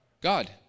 God